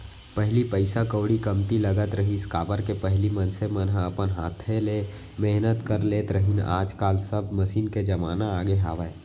पहिली पइसा कउड़ी कमती लगत रहिस, काबर कि पहिली मनसे मन ह अपन हाथे ले मेहनत कर लेत रहिन आज काल सब मसीन के जमाना आगे हावय